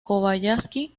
kobayashi